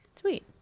Sweet